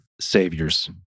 saviors